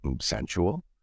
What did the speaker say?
sensual